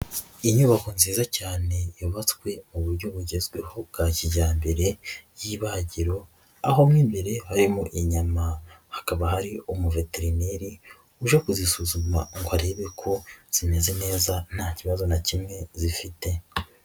Inyubako nziza cyane yubatswe mu buryo bugezweho bwa kijyambere y'ibagiro, aho mo imbere harimo inyama hakaba hari umuveterineri uje kuzisuzuma ngo arebe ko zimeze neza nta kibazo na kimwe zifite.